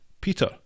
Peter